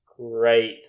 great